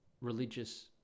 religious